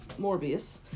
Morbius